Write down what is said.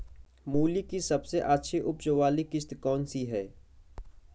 मूली की सबसे अच्छी उपज वाली किश्त कौन सी है?